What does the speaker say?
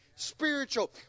spiritual